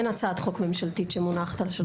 אין הצעת חוק ממשלתית שמונחת על השולחן.